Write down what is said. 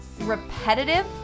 repetitive